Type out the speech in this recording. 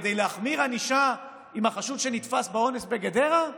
כדי להחמיר ענישה עם החשוד שנתפס באונס בגדרה?